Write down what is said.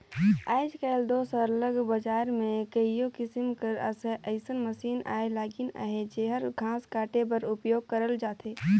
आएज काएल दो सरलग बजार में कइयो किसिम कर अइसन मसीन आए लगिन अहें जेहर घांस काटे बर उपियोग करल जाथे